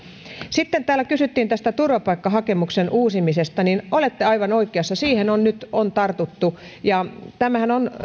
sitten täällä kysyttiin tästä turvapaikkahakemuksen uusimisesta olette aivan oikeassa siihen on nyt tartuttu ja tämähän on